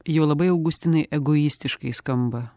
jau labai augustinai egoistiškai skamba